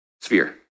sphere